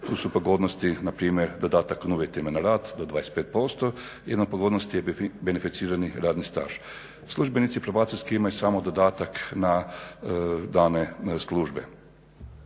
tu su pogodnosti npr. dodatak na uvjeta na rad do 25% i na pogodnosti beneficiranog radnog staža. Službenici probacijski imaju samo dodatak na dane službe.